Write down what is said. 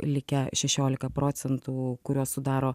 likę šešiolika procentų kuriuos sudaro